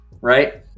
right